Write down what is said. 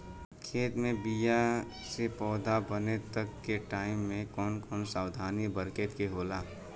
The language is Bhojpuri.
खेत मे बीया से पौधा बने तक के टाइम मे कौन कौन सावधानी बरते के होला?